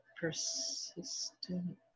persistent